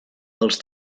dels